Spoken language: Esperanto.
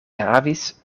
havis